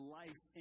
life